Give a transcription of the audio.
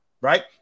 right